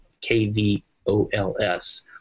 K-V-O-L-S